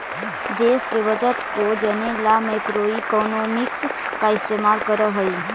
देश के बजट को जने ला मैक्रोइकॉनॉमिक्स का इस्तेमाल करल हई